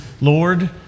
Lord